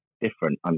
different